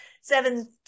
seven